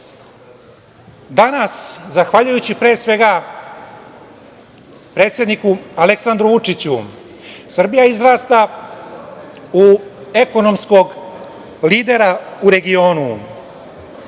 dalje. Danas zahvaljujući, pre svega, Aleksandru Vučiću, Srbija izrasta u ekonomskog lidera u regionu,